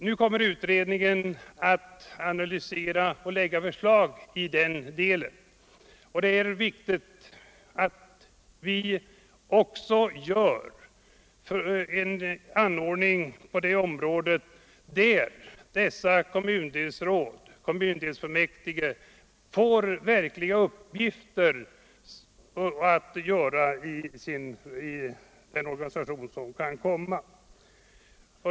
Nu kommer utredningen att analysera och lägga fram förslag i anslutning till denna problematik. Det är viktigt att sådana åtgärder vidtas att kommundelsråd eller kommundelsfullmäktige får verkliga uppgifter i den organisation som kan komma att genomföras.